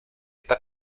está